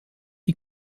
die